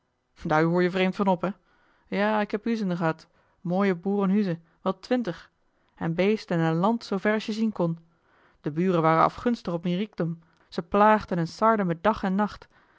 hoor je vreemd van op he ja ik heb huuzen ehad mooie boerenhuuzen wel twintig en beesten en land zoover als je zien kon de buren waren afgunstig op mien riekdom ze plaagden en sarden mij dag en nacht